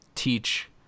teach